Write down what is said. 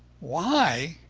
why?